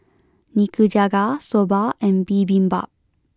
Nikujaga Soba and Bibimbap